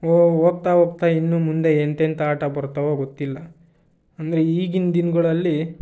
ಓ ಹೋಗ್ತಾ ಹೋಗ್ತಾ ಇನ್ನೂ ಮುಂದೆ ಎಂತೆಂಥ ಆಟ ಬರ್ತವೋ ಗೊತ್ತಿಲ್ಲ ಅಂದರೆ ಈಗಿನ ದಿನ್ಗಳಲ್ಲಿ